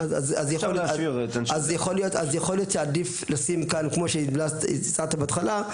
אז יכול להיות שעדיף לשים כאן כמו שהצעתם בהתחלה,